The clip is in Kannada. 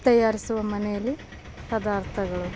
ತಯಾರಿಸುವ ಮನೆಯಲ್ಲಿ ಪದಾರ್ಥಗಳು